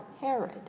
Herod